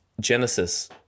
Genesis